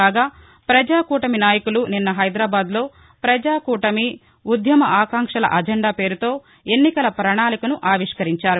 కాగా ప్రజాకూటమి నాయకులు నిన్న హైదరాబాద్ లో ప్రజా కూటమి ఉద్యమ ఆకాంక్షల అజెండా పేరుతో ఎన్నికల ప్రణాళికను ఆవిష్కరించారు